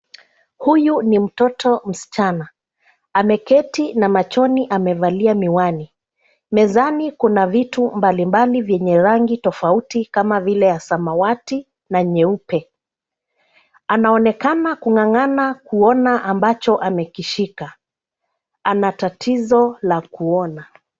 Huyu ni mtoto msichana. Ameketi na machoni amevalia miwani. Mezani kuna vitu mbalimbali vyenye rangi tofauti kama vile ya samawati na nyeupe. Anaonekana kung'ang'ana kuona ambacho amekishika. Ana tatizo la kuona.